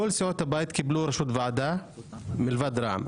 כל סיעות הבית קיבלו ראשות ועדה מלבד רע"מ.